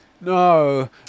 No